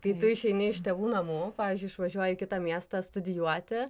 kai tu išeini iš tėvų namų pavyzdžiui išvažiuoji į kitą miestą studijuoti